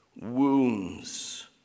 wounds